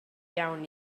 iawn